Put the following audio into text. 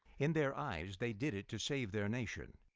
in their eyes they did it to save their nation,